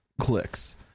clicks